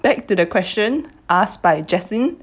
back to the question asked by jaslyn